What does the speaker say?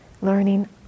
learning